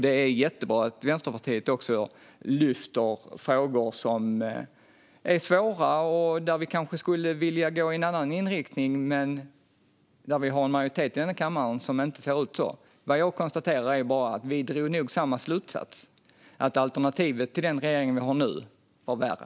Det är jättebra att Vänsterpartiet lyfter upp svåra frågor där vi kanske skulle vilja gå i en annan riktning men där det på grund av majoriteten i den här kammaren inte ser ut på det sättet. Jag konstaterar bara att vi nog drog samma slutsats: att alternativet till den regering vi har nu var sämre.